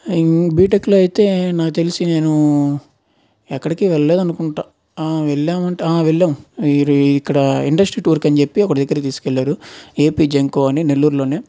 in బిటెక్లో అయితే నాకు తెలిసి నేను ఎక్కడికి వెళ్లలేదు అనుకుంటా వెళ్ళామంటే ఆ వెళ్ళాం మీరు ఇక్కడ ఇండస్ట్రీ టూర్కు అని చెప్పి ఒకదగ్గరికి తీసుకెళ్లారు ఏపీజెన్కో అని నెల్లూరులోనే